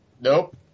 Nope